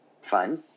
Fun